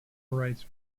rights